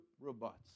robots